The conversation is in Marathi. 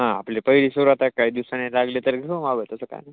हां आपली पहिली सुरूवात आहे काही दिवसानी लागले तर घेऊ मागवू तसं काय नाही